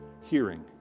hearing